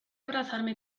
abrazarme